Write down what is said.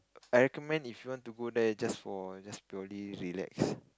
I recommend if you want to go there just for just purely relax